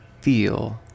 feel